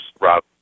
rob